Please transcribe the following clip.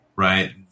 right